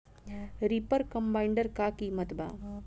Reaper combiner का किमत बा?